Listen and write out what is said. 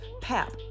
Pap